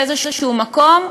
באיזה מקום,